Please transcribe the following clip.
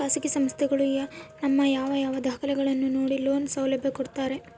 ಖಾಸಗಿ ಸಂಸ್ಥೆಗಳು ನಮ್ಮ ಯಾವ ಯಾವ ದಾಖಲೆಗಳನ್ನು ನೋಡಿ ಲೋನ್ ಸೌಲಭ್ಯ ಕೊಡ್ತಾರೆ?